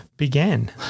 began